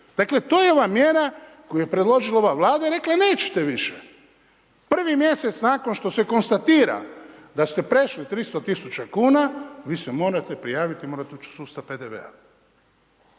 dakle to je ova mjera koju je predložila ova Vlada i rekla nećete više. Prvi mjesec nakon što se konstatira da ste prešli 300 000 kuna, vi se morate prijaviti, morate ući u sustav PDV-a.